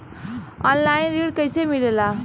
Online ऋण कैसे मिले ला?